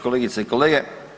Kolegice i kolege.